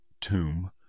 tomb